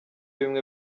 bimwe